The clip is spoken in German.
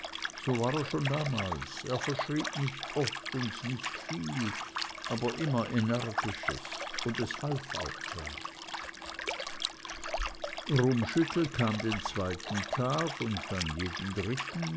so war er schon damals er verschrieb nicht oft und nicht viel aber immer energisches und es half auch gleich rummschüttel kam den zweiten tag und dann jeden dritten